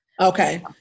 Okay